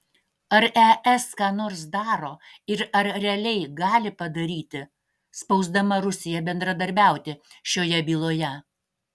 ar es ką nors daro ir ar realiai gali padaryti spausdama rusiją bendradarbiauti šioje byloje